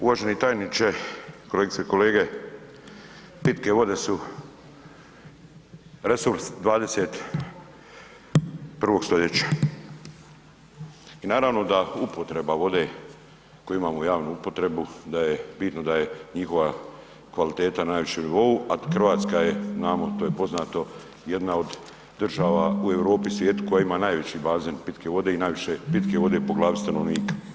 Uvaženi tajniče, kolegice i kolege, pitke vode su resurs 21. stoljeća i naravno da upotreba vode, koju imamo javnu upotrebu da je bitno da je njihova kvaliteta na najvišem nivou, a Hrvatska je znamo, to je poznato jedna od država u Europi i svijetu koja ima najveći bazen pitke vode i najviše pitke vode po glavi stanovnika.